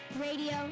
radio